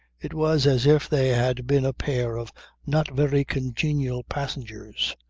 it was as if they had been a pair of not very congenial passengers.